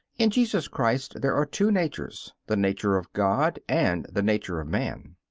in jesus christ there are two natures, the nature of god and the nature of man.